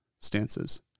stances